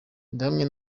ndahamya